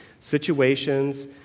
situations